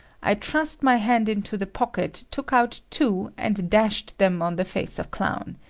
i thrust my hand into the pocket, took out two and dashed them on the face of clown.